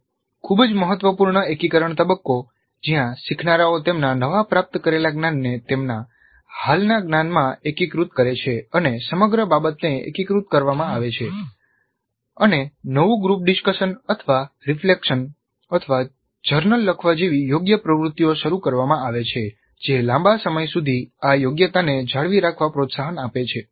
અંતે ખૂબ જ મહત્વપૂર્ણ એકીકરણ તબક્કો જ્યાં શીખનારાઓ તેમના નવા પ્રાપ્ત કરેલા જ્ઞાનને તેમના હાલના જ્ઞાનમાં એકીકૃત કરે છે અને સમગ્ર બાબતને એકીકૃત કરવામાં આવે છે અને ગ્રુપ ડિસ્કશન રિફ્લેક્શન જર્નલ લખવા જેવી યોગ્ય પ્રવૃત્તિઓ શરૂ કરવામાં આવે છે જે લાંબા સમય સુધી આ યોગ્યતાને જાળવી રાખવા પ્રોત્સાહન આપે છે